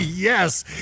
Yes